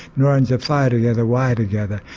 neurons are fired together, wired together,